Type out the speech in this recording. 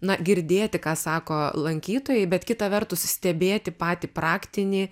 na girdėti ką sako lankytojai bet kita vertus stebėti patį praktinį